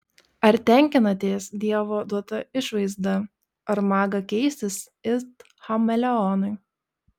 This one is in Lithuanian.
ar tenkinatės dievo duota išvaizda ar maga keistis it chameleonui